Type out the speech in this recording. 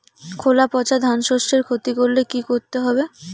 খোলা পচা ধানশস্যের ক্ষতি করলে কি করতে হবে?